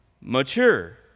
mature